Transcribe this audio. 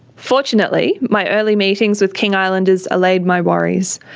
fortunately, my early meetings with king islanders allayed my worries.